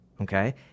Okay